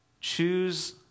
choose